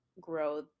grow